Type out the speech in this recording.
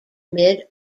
mid